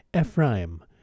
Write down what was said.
Ephraim